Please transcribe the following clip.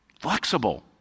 Flexible